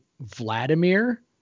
Vladimir